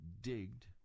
digged